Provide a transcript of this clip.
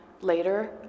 later